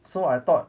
so I thought